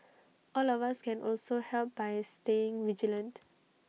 all of us can also help by staying vigilant